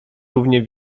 równie